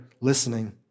listening